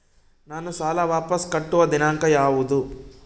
ನಾನು ಸಾಲ ವಾಪಸ್ ಕಟ್ಟುವ ದಿನಾಂಕ ಯಾವುದು?